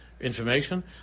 information